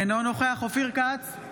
אינו נוכח אופיר כץ,